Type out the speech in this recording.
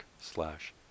slash